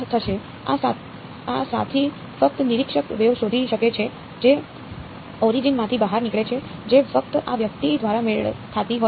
આ સાથી ફક્ત નિરીક્ષક વેવ શોધી શકે છે જે ઓરિજિન માંથી બહાર નીકળે છે જે ફક્ત આ વ્યક્તિ દ્વારા મેળ ખાતી હોય છે